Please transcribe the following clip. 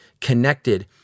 connected